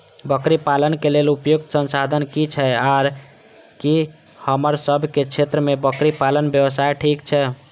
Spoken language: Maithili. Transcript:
बकरी पालन के लेल उपयुक्त संसाधन की छै आर की हमर सब के क्षेत्र में बकरी पालन व्यवसाय ठीक छै?